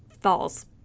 falls